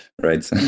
Right